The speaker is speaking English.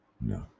no